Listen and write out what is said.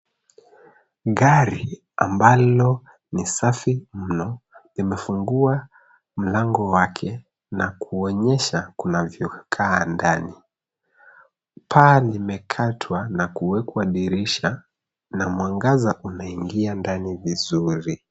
Gari ambalo ni safi mno limefungua mlango wake na kuonyesha kunavyokaa ndani. Paa limekatwa na kuwekwa dirisha, na mwangaza unaingia ndani vizuri.